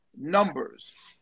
numbers